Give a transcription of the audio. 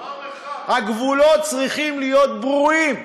הגבולות צריכים להיות ברורים.